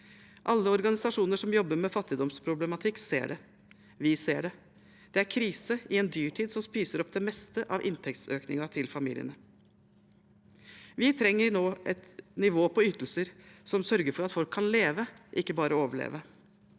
Alle organisasjoner som jobber med fattigdomsproblematikk, ser det, og vi ser det. Det er krise i en dyrtid som spiser opp det meste av inntektsøkningen til familiene. Vi trenger nå et nivå på ytelser som sørger for at folk kan leve, ikke bare overleve.